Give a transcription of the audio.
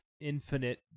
infinite